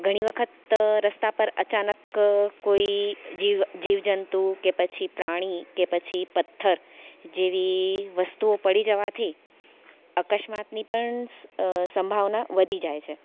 ઘણી વખત રસ્તા પર અચાનક કોઈ જીવ જીવજંતુ કે પછી પ્રાણી કે પછી પત્થર જેવી વસ્તુઓ પડી જવાથી અકસ્માતની પણ સંભાવના વધી જાય છે